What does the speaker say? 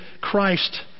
Christ